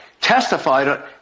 testified